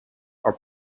are